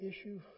issue